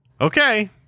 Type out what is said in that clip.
okay